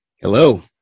Hello